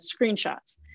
screenshots